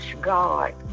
God